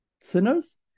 sinners